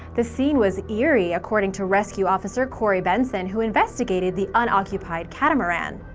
the scene was eerie, according to rescue officer corrie benson, who investigated the unoccupied catamaran.